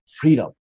freedom